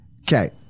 Okay